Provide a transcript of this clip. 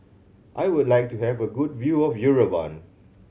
I would like to have a good view of Yerevan